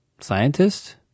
scientist